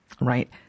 right